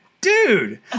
dude